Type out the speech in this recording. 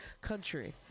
country